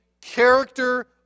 character